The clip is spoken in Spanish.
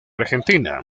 argentina